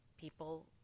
people